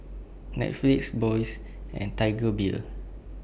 Netflix Bose and Tiger Beer